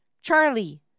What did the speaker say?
Charlie